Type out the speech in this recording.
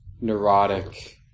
neurotic